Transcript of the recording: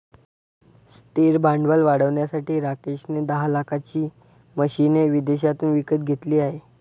स्थिर भांडवल वाढवण्यासाठी राकेश ने दहा लाखाची मशीने विदेशातून विकत घेतले आहे